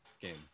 game